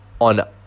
on